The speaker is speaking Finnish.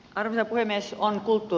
arvio puhemies on kuultu